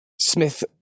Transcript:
Smith